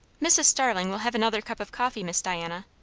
mrs. starling will have another cup of coffee, miss diana.